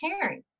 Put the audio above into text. caring